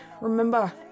Remember